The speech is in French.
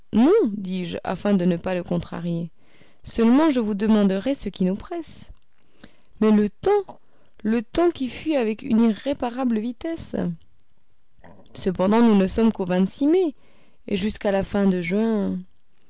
dis-je afin de ne pas le contrarier seulement je vous demanderai ce qui nous presse mais le temps le temps qui fuit avec une irréparable vitesse cependant nous ne sommes qu'au mai et jusqu'à la fin de juin